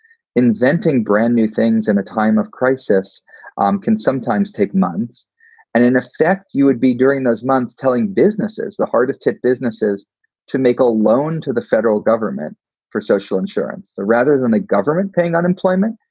inventing brand new things in a time of crisis um can sometimes take months. and in effect, you would be during those months telling businesses the hardest hit businesses to make a loan to the federal government for social insurance rather than the government paying unemployment.